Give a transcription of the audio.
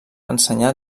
ensenyar